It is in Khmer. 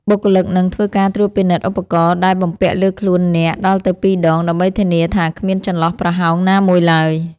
បុគ្គលិកនឹងធ្វើការត្រួតពិនិត្យឧបករណ៍ដែលបំពាក់លើខ្លួនអ្នកដល់ទៅពីរដង ដើម្បីធានាថាគ្មានចន្លោះប្រហោងណាមួយឡើយ។